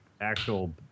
actual